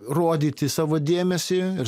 rodyti savo dėmesį ir